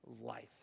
life